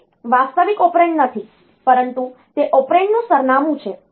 તે વાસ્તવિક ઓપરેન્ડ નથી પરંતુ તે ઓપરેન્ડનું સરનામું છે